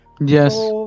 Yes